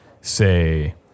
say